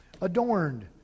Adorned